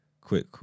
quick